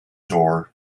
door